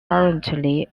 currently